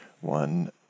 one